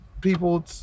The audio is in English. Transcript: people